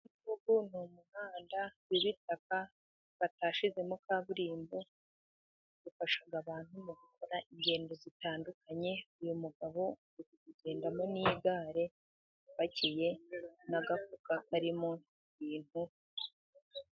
Uyu ni umuhanda w'ibitaka batashyizemo kaburimbo, ufasha abantu mu gukora ingendo zitandukanye, uyu mugabo ari kuwugendamo n'igare apakiye n'agafuka karimo ibintu.